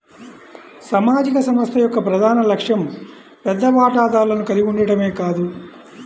సామాజిక సంస్థ యొక్క ప్రధాన లక్ష్యం పెద్ద వాటాదారులను కలిగి ఉండటమే కాదు